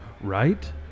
Right